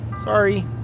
Sorry